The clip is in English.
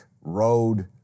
road